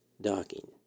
Docking